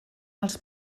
els